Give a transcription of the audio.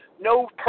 no